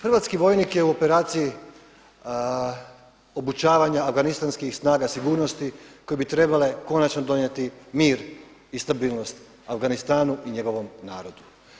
Hrvatski vojnik je u operaciji obučavanja afganistanskih snaga sigurnosti koje bi trebale konačno donijeti mir i stabilnost Afganistanu i njegovom narodu.